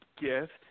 gift